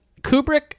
Kubrick